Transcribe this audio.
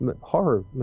horror